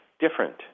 different